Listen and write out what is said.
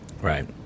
Right